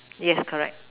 yes correct